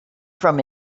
from